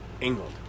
England